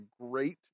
great